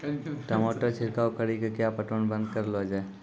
टमाटर छिड़काव कड़ी क्या पटवन बंद करऽ लो जाए?